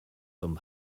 from